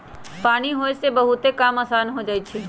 पानी होय से बहुते काम असान हो जाई छई